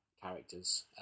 characters